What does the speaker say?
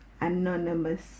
Anonymous